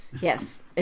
Yes